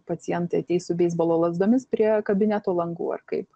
pacientai ateis su beisbolo lazdomis prie kabineto langų ar kaip